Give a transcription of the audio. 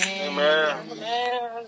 Amen